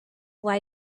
why